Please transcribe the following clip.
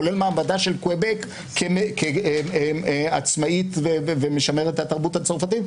כולל מעמדה של קוויבק כעצמאית ומשרת התרבות הצרפתית,